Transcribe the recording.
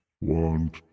Want